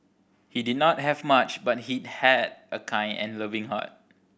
he did not have much but he had a kind and loving heart